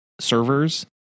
servers